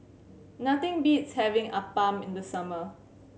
nothing beats having appam in the summer